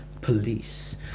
Police